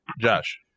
Josh